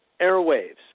airwaves